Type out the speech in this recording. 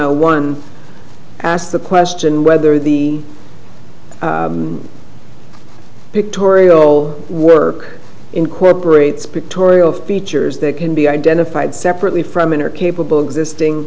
no one asked the question whether the pictorial work incorporates pictorial features that can be identified separately from in or capable existing